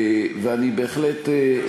ואני בהחלט,